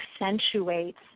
accentuates